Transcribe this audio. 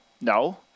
No